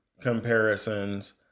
comparisons